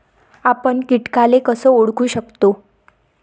आपन कीटकाले कस ओळखू शकतो?